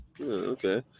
Okay